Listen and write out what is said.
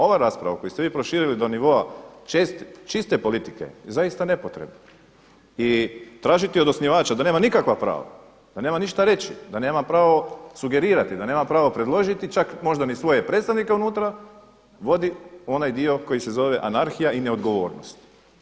Ova rasprava koju ste vi proširili do nivoa čiste politike je zaista nepotrebna i tražiti od osnivača da nema nikakva prava, da nemam ništa reći, da nemam pravo sugerirati, da nemam pravo predložiti čak možda ni svoje predstavnike unutra vodi u onaj dio koji se zove anarhija i neodgovornost.